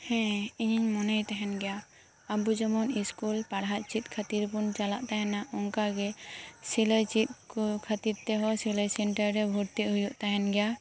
ᱦᱮᱸ ᱤᱧᱤᱧ ᱢᱚᱱᱮᱭ ᱛᱟᱦᱮᱱ ᱜᱮᱭᱟ ᱟᱵᱚ ᱡᱮᱢᱚᱱ ᱥᱠᱩᱞ ᱯᱟᱲᱦᱟᱜ ᱪᱮᱫ ᱠᱷᱟᱹᱛᱤᱨ ᱵᱚᱱ ᱪᱟᱞᱟᱜ ᱛᱟᱦᱮᱱᱟ ᱚᱱᱠᱟᱜᱮ ᱥᱤᱞᱟᱹᱭ ᱪᱮᱫ ᱠᱚ ᱠᱷᱟᱹᱛᱤᱨ ᱛᱮᱦᱚᱸᱥᱤᱞᱟᱹᱭ ᱥᱮᱱᱴᱟᱨ ᱨᱮ ᱵᱷᱚᱨᱛᱤ ᱦᱩᱭᱩᱜ ᱛᱟᱦᱮᱱ ᱜᱮᱭᱟ